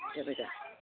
जाबाय दा